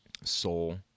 soul